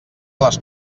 les